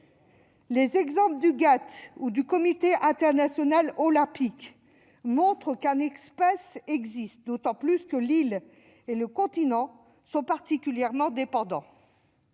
Les exemples du GATT ou du Comité international olympique montrent qu'un espace existe, d'autant plus que l'île et le continent sont particulièrement dépendants.